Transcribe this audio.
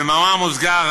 במאמר מוסגר,